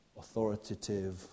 authoritative